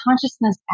consciousness